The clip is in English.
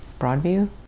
broadview